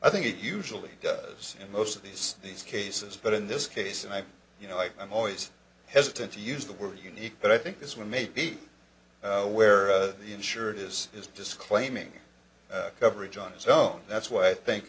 i think it usually does in most of these these cases but in this case and i you know i i'm always hesitant to use the word unique but i think this one maybe where the insured is is just claiming coverage on his own that's why i think